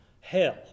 hell